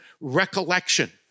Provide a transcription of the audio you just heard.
recollection